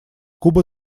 куба